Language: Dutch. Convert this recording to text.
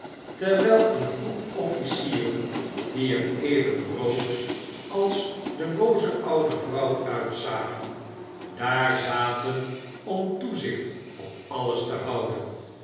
terwijl een groep officieren die er even rood als de booze oude vrouw uitzagen daar zaten om toezicht op alles te houden